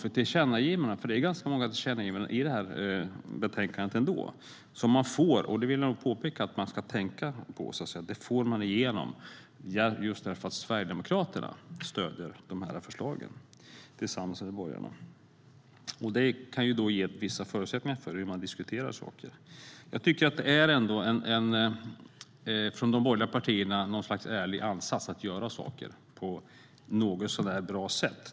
Jag vill påpeka att det är ganska många tillkännagivanden i betänkandet som man får igenom därför att Sverigedemokraterna stöder förslagen tillsammans med borgarna. Det ska man tänka på. Det kan ge vissa förutsättningar för hur man diskuterar saker. Jag tycker ändå att de borgerliga partierna har något slags ärlig ansats att göra saker på ett något så när bra sätt.